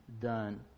done